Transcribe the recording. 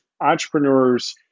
entrepreneurs